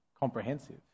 comprehensive